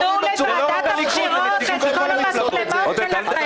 הם אומרים בצורה מפורשת שהם לא מסוגלים לעשות את זה.